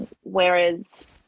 whereas